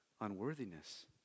unworthiness